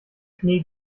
schnee